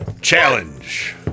Challenge